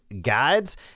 guides